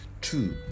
Two